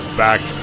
back